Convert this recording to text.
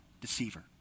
deceiver